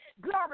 Glory